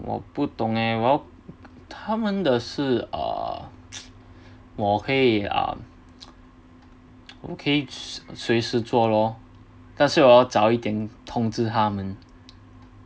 我不懂呃我他们的是呃我可以啊我可以随时做咯但是哦早一点通知他们